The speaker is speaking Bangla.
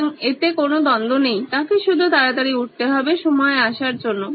সুতরাং এতে কোনো দ্বন্দ্ব নেই তাকে শুধু তাড়াতাড়ি উঠতে হবে সময়ে আসার জন্য